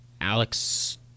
Alex